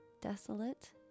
desolate